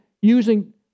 using